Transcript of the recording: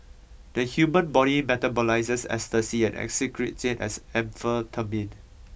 the human body metabolises ecstasy and excretes it as amphetamine